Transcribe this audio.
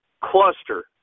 cluster